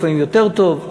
לפעמים יותר טוב.